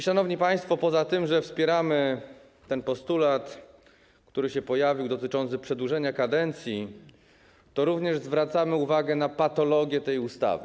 Szanowni państwo, poza tym, że wspieramy ten postulat, który się pojawił, dotyczący przedłużenia kadencji, to zwracamy również uwagę na patologię tej ustawy.